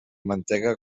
mantega